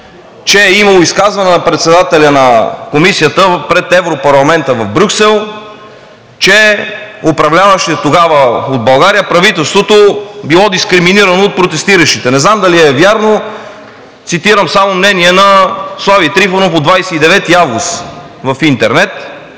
г. е имало изказване на председателя на Комисията пред Европарламента в Брюксел, че управляващото тогава правителство в България е било дискриминирано от протестиращите. Не знам дали е вярно и цитирам само мнението на Слави Трифонов от 29 август в интернет,